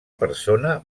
persona